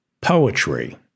poetry